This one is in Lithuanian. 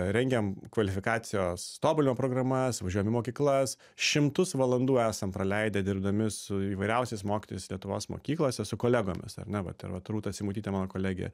rengiam kvalifikacijos tobulinimo programas važiuojam į mokyklas šimtus valandų esam praleidę dirbdami su įvairiausiais mokytojais lietuvos mokyklose su kolegomis ar ne vat ir vat rūta simutytė mano kolegė